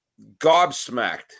gobsmacked